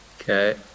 Okay